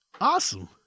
Awesome